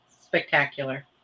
spectacular